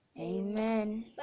Amen